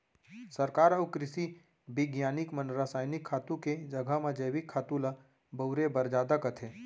सरकार अउ कृसि बिग्यानिक मन रसायनिक खातू के जघा म जैविक खातू ल बउरे बर जादा कथें